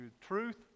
truth